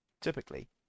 Typically